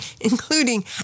including